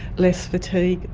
less fatigue,